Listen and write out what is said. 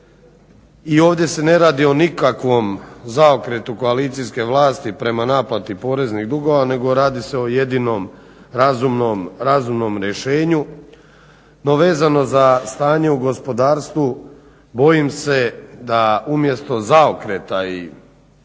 i ovdje se ne radi o nikakvom zaokretu koalicijske vlasti prema naplati poreznih dugova nego radi se o jedinom razumnom rješenju. No, vezano za stanje u gospodarstvu bojim se da umjesto zaokreta i